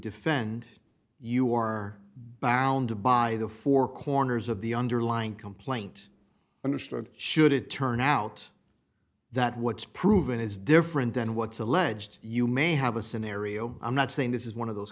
defend you are bound by the four corners of the underlying complaint understood should it turn out that what's proven is different than what's alleged you may have a scenario i'm not saying this is one of those